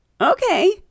Okay